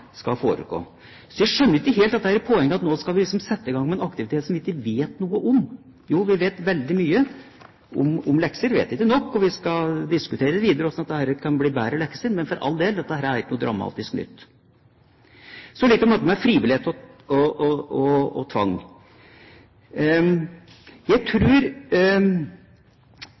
foregå. Så jeg skjønner ikke helt dette poenget med at vi nå liksom setter i gang med en aktivitet som vi ikke vet noe om. Jo, vi vet veldig mye om lekser – vi vet ikke nok, og vi skal diskutere videre hvordan det kan bli bedre lekser. Men for all del, dette er ikke noe dramatisk nytt. Så litt om dette med frivillighet og tvang: Hvis vi ser på denne situasjonen om ett år, tror jeg